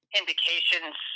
indications